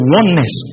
oneness